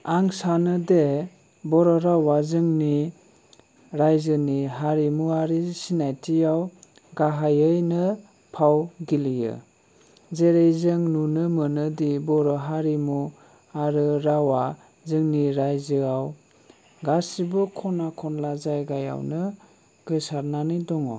आं सानो दि बर' रावा जोंनि रायजोनि हारिमुवारि सिनायथियाव गाहायैनो फाव गेलेयो जेरै जों नुनो मोनो दि बर' हारिमु आरो रावा जोंनि रायजोयाव गासिबो खना खनला जायगायावनो गोसारनानै दङ